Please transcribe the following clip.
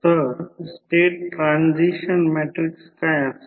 तर state transition matrix काय असेल